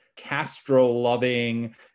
Castro-loving